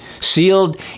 Sealed